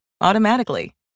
automatically